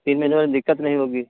तीन महीने वाले म दिक्कत नहीं होगी